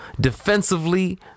defensively